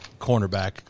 cornerback